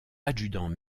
adjudant